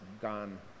gone